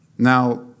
Now